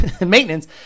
maintenance